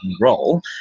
role